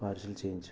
parcel చేయించు